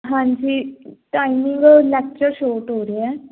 ਹਾਂਜੀ timing lecture short ਹੋ ਰਹੇ ਆਂ